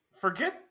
forget